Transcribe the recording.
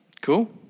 Cool